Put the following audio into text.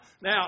Now